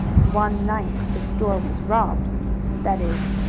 one night the store was robbed that is,